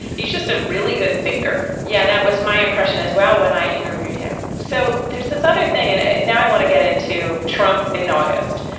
he's just a really good thinker. yeah that was my impression as well when i interviewed him. so there's this other thing and now i want to get into trump in august.